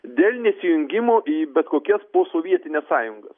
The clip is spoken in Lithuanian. dėl nesijungimo į bet kokias posovietines sąjungas